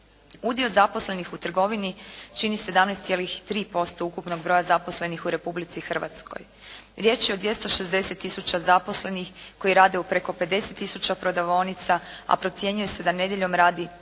Udio zaposlenih u trgovini čini 17,3% ukupnog broja zaposlenih u Republici Hrvatskoj. Riječ je o 260 tisuća zaposlenih koji rade u preko 50 tisuća prodavaonica, a procjenjuje se da nedjeljom radi oko